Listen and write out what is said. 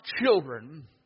children